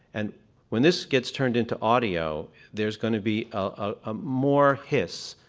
and when this gets turned into audio there's going to be ah more hiss,